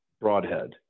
broadhead